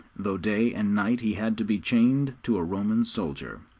though day and night he had to be chained to a roman soldier.